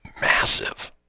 massive